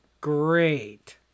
Great